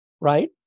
right